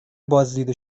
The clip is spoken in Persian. بازدید